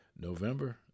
November